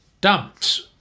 dumped